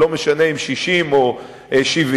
ולא משנה אם 60 או 70,